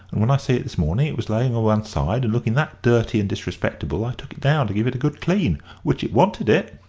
and when i see it this morning it was layin' o' one side and looking that dirty and disrespectable i took it down to give it a good clean, which it wanted it.